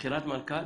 בחירת מנכ"ל